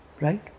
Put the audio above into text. Right